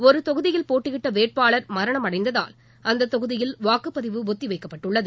ஒரு தொகுதியில் போட்டியிட்ட வேட்பாளர் மரணமடைந்ததால் அந்தத் தொகுதியில் வாக்குப்பதிவு ஒத்தி வைக்கப்பட்டுள்ளது